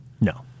no